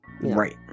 right